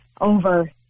over